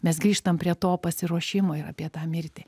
mes grįžtam prie to pasiruošimo ir apie tą mirtį